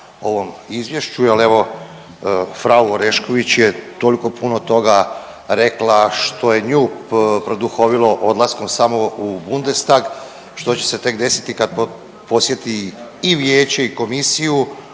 ovom Izvješću jer evo, frau Orešković je toliko puno toga rekla što je nju produhovilo odlaskom samo u Bundestag, što će se tek desiti kad posjeti i vijeće i komisiju,